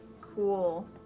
Cool